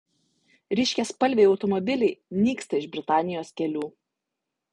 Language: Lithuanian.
ryškiaspalviai automobiliai nyksta iš britanijos kelių